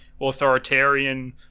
Authoritarian